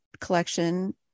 collection